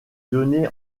donné